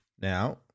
Now